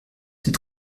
ses